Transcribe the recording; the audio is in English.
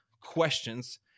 questions